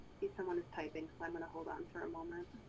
see someone is typing so i'm going to hold on for a moment.